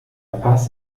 paz